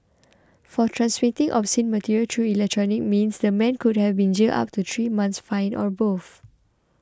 for transmitting obscene material through electronic means the man could have been jailed up to three months fined or both